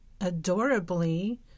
adorably